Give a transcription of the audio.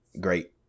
Great